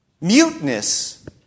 Muteness